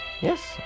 Yes